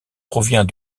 provient